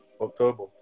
October